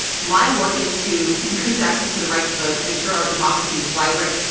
my work is to increase access to the right to vote to ensure our democracy is vibrant.